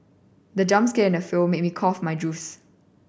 the jump scare in the film made me cough my juice